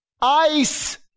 Ice